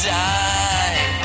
die